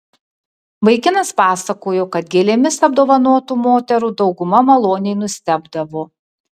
vaikinas pasakojo kad gėlėmis apdovanotų moterų dauguma maloniai nustebdavo